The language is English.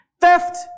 Theft